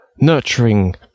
nurturing